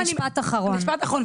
משפט אחרון בבקשה.